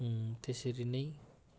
त्यसरी नै